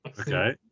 okay